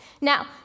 Now